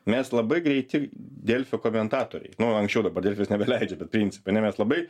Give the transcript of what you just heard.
mes labai greiti delfio komentatoriai nu anksčiau dabar delfis nebeleidžia bet principe mes labai